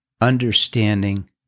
understanding